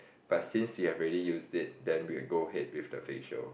but since you've already used it then we will go ahead with the facial